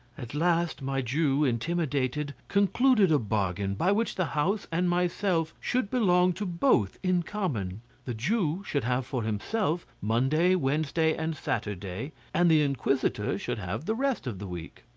at last my jew, intimidated, concluded a bargain, by which the house and myself should belong to both in common the jew should have for himself monday, wednesday, and saturday, and the inquisitor should have the rest of the week.